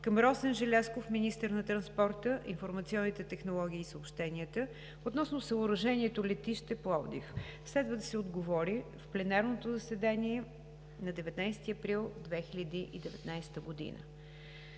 към Росен Желязков – министър на транспорта, информационните технологии и съобщенията, относно съоръжението летище Пловдив. Следва да се отговори в пленарното заседание на 19 април 2019 г.